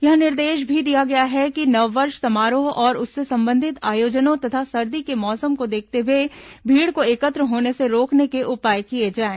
यह निर्देश भी दिया गया है कि नववर्ष समारोह और उससे संबंधित आयोजनों तथा सर्दी के मौसम को देखते हुए भीड़ को एकत्र होने से रोकने के उपाय किए जाएं